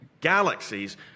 galaxies